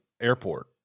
airport